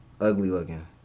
ugly-looking